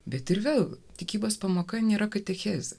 bet ir vėl tikybos pamoka nėra katechezė